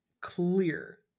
clear